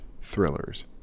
thrillers